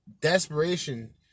desperation